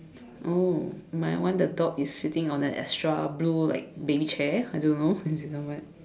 oh my one the dog is sitting on the extra blue like baby chair I don't know I don't know what